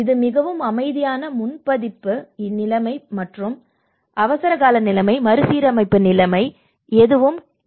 இது மிகவும் அமைதியான முன் பாதிப்பு நிலைமை மற்றும் அவசரகால நிலைமை மறுசீரமைப்பு நிலைமை மற்றும் புனரமைப்பு நிலைமை இது ஒரு நேரம் எடுக்கும் செயல்